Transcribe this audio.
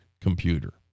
computer